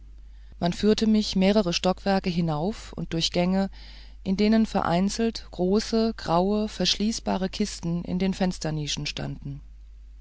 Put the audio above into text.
man führte mich mehrere stockwerke hinauf und durch gänge in denen vereinzelt große graue verschließbare kisten in den fensternischen standen